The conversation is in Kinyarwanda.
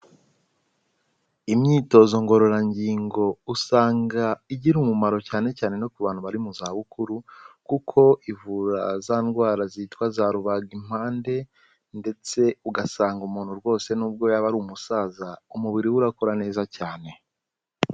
Imyitozo ngororangingo usanga igira umumaro cyane cyane no ku bantu bari mu zabukuru, kuko ivura za ndwara zitwa za rubagimpande, ndetse ugasanga umuntu rwose n'ubwo yaba ari umusaza umubiri we urakora neza cyane.